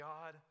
God